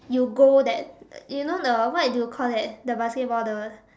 you goal that you know the what do you call that the basketball the